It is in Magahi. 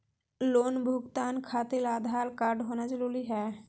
लोन भुगतान खातिर आधार कार्ड होना जरूरी है?